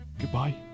Goodbye